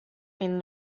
been